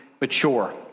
mature